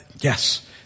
yes